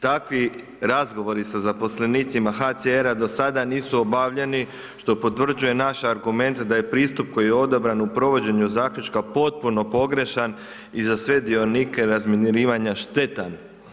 Takvi razgovori sa zaposlenicima HCR-a do sada nisu obavljeni što potvrđuje naš argument da je pristup koji je odabran u provođenju zaključka potpuno pogrešan i za sve dionike razminirivanja štetan.